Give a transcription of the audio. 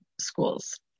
schools